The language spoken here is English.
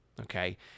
okay